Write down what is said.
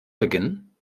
beginnen